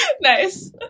nice